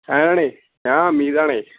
ഞാനാണേ ഞാൻ അമീദാണേ